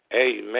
Amen